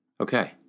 Okay